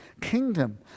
kingdom